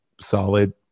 solid